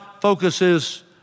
focuses